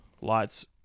Lights